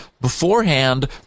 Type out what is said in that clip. beforehand